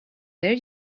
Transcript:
there